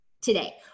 today